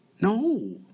No